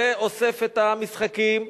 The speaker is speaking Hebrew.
זה אוסף את המשחקים,